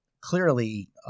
clearly